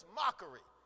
mockery